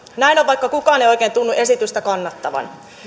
näin on vaikka kukaan ei oikein tunnu esitystä kannattavan